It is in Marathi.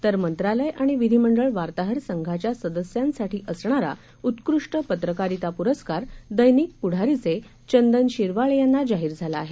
तरमंत्रालयआणिविधीमंडळवार्ताहरसंघाच्यासदस्यांसाठीअसणाराउत्कृष्टपत्रकारितापुरस्कारदैनिकपुढारीचेचंदनशिरवाळे यांनाजाहीरझालाआहे